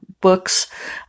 books